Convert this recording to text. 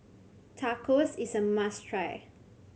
tacos is a must try